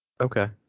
Okay